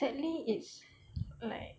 sadly it's like